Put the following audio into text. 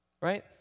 Right